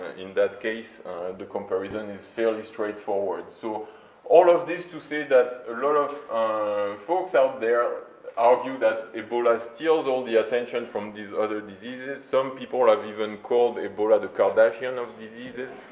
in that case the comparison is fairly straightforward. so all of this to say that a lot of folks out there argue that ebola steals all the attention from these other diseases, some people have even called ebola the kardashian of diseases,